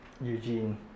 Eugene